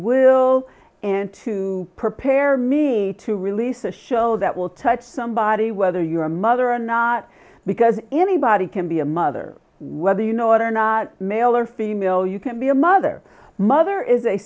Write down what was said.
will and to prepare me to release a show that will touch somebody whether you're a mother or not because anybody can be a mother whether you know it or not male or female you can be a mother mother is a